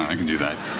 i can do that,